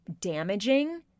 damaging